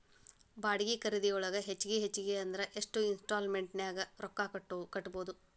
ಬಾಡ್ಗಿ ಖರಿದಿಯೊಳಗ ಹೆಚ್ಗಿ ಹೆಚ್ಗಿ ಅಂದ್ರ ಯೆಷ್ಟ್ ಇನ್ಸ್ಟಾಲ್ಮೆನ್ಟ್ ನ್ಯಾಗ್ ರೊಕ್ಕಾ ಕಟ್ಬೊದು?